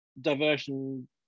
diversion